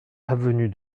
avenue